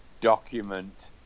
document